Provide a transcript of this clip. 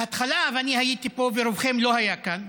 בהתחלה, ואני הייתי פה, ורובכם לא היו כאן,